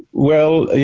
well,